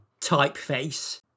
typeface